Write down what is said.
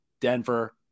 Denver